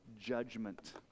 judgment